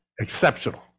exceptional